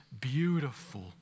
beautiful